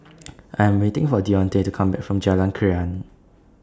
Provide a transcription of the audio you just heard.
I Am waiting For Deontae to Come Back from Jalan Krian